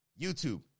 YouTube